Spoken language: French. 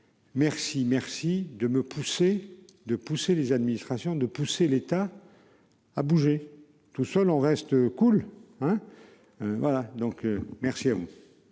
Merci, merci de me pousser, de pousser les administrations de pousser l'État. À bouger tout seul on reste cool hein. Voilà donc merci à.--